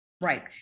Right